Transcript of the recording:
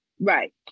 right